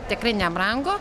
tikrai nebrango